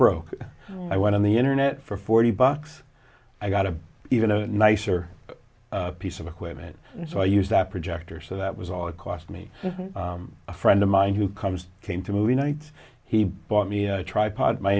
broke i went on the internet for forty bucks i got a even a nicer piece of equipment so i use that projector so that was all it cost me a friend of mine who comes came to movie nights he bought me a tripod my